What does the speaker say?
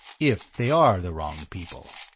if they are the wrong people.